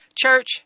church